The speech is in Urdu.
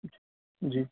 جی